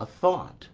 a thought